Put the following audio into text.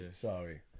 sorry